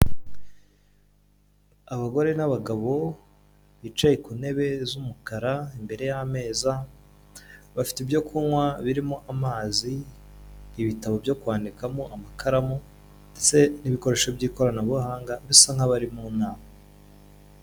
Abagore n'abagabo, bicaye ku ntebe z'umukara, imbere y'ameza, bafite ibyo kunywa, birimo amazi, ibitabo byo kwandikamo, amakaramu, ndetse n'ibikoresho by'ikoranabuhanga, bisa nk'abari mu nama.